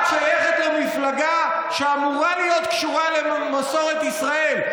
את שייכת למפלגה שאמורה להיות קשורה למסורת ישראל.